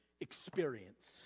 experience